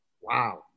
Wow